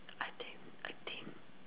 I think I think